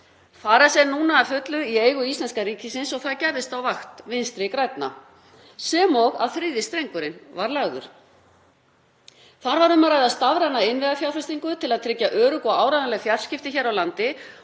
Farice er núna að fullu í eigu íslenska ríkisins og það gerðist á vakt Vinstri grænna sem og að þriðji strengurinn var lagður. Þar var um að ræða stafræna innviðafjárfestingu til að tryggja örugg og áreiðanleg fjarskipti hér á landi